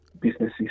businesses